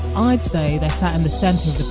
i'd say they sat in the centre of the